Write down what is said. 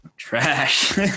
trash